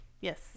Yes